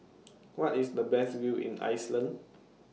Where IS The Best View in Iceland